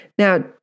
Now